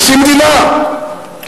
נשיא מדינה,